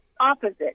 opposite